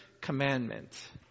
commandment